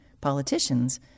Politicians